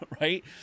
right